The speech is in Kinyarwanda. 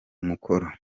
umukoro